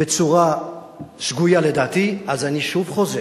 בצורה שגויה לדעתי, אני שוב חוזר,